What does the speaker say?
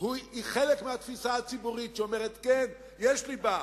והוא חלק מהתפיסה הציבורית שאומרת: כן, יש ליבה.